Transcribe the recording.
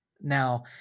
Now